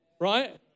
right